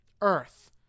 Earth